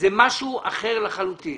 זה משהו אחר לחלוטין